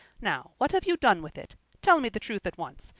now, what have you done with it? tell me the truth at once.